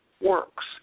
works